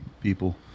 people